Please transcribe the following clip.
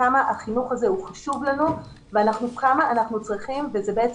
כמה החינוך הזה הוא חשוב לנו וכמה אנחנו צריכים - בעצם